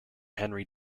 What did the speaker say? henry